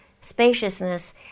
spaciousness